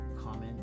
comment